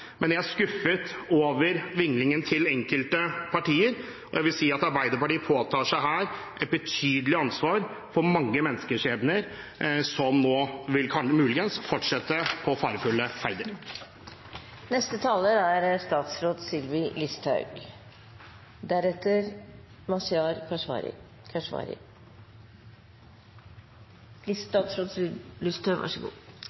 men jeg er skuffet over vinglingen til enkelte partier, og jeg vil si at Arbeiderpartiet her påtar seg et betydelig ansvar for mange menneskeskjebner – mennesker som nå muligens vil fortsette på farefulle ferder.